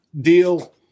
deal